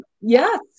Yes